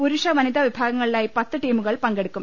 പുരുഷ വനിതാ വിഭാഗങ്ങളിലായി പത്ത് ടീമുകൾ പങ്കെടുക്കും